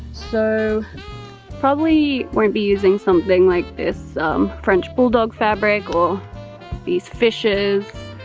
so probably won't be using something like this french bulldog fabric or these fishes.